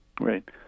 Right